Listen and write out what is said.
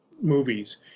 movies